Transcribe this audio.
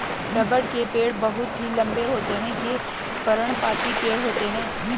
रबड़ के पेड़ बहुत ही लंबे होते हैं ये पर्णपाती पेड़ होते है